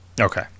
okay